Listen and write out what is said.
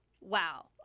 wow